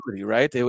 right